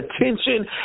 attention